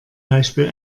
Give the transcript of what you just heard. beispiel